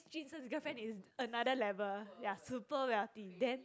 jun sheng's girlfriend is another level ya super wealthy then